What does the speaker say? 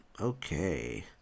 okay